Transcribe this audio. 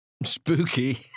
Spooky